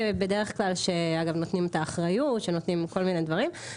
בדרך כלל שאגב נותנים את האחריות ונותנים כל מיני דברים.